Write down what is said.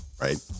Right